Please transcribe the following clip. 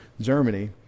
Germany